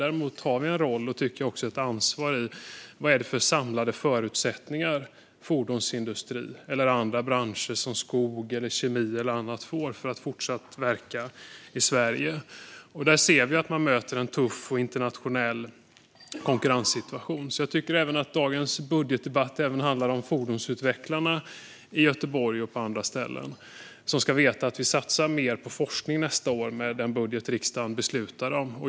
Däremot har vi en roll och ett ansvar i fråga om vilka samlade förutsättningar fordonsindustrin eller andra branscher, som skog, kemi eller annat, får för att fortsätta verka i Sverige. Där ser vi att man möter en tuff internationell konkurrenssituation. Jag tycker alltså att dagens budgetdebatt även handlar om fordonsutvecklarna i Göteborg och på andra ställen. De ska veta att vi satsar mer på forskning nästa år med den budget som riksdagen beslutar om.